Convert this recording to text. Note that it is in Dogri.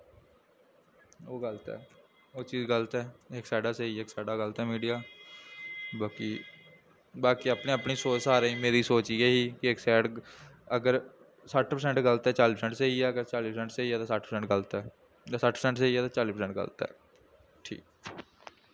ओह् गल्त ऐ ओह् चीज गल्त ऐ इक साइडा स्हेई ऐ इक साइडा गल्त ऐ मीडिया बाकी बाकी अपनी अपनी सोच सारें दी मेरी सोच इ'यै जेही कि इक सैड अगर सट्ठ परसैंट गलत ऐ चाली परसैंट स्हेई ऐ अगर चाली परसेंट स्हेई ऐ ते सट्ठ परसैंट गतल ते सट्ठ परसैंट स्हेई ऐ ते चाली परसैंट गल्त ऐ